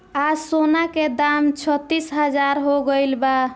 आज सोना के दाम छत्तीस हजार हो गइल बा